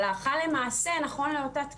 הלכה למעשה נכון לאותה תקופה,